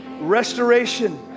restoration